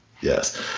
Yes